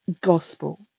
gospel